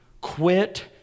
Quit